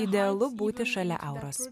idealu būti šalia auros